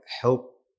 help